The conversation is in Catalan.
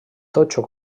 totxo